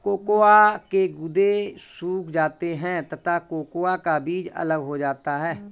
cocoa के गुदे सूख जाते हैं तथा कोकोआ का बीज अलग हो जाता है